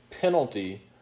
penalty